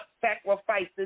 sacrifices